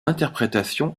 interprétation